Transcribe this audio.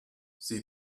sie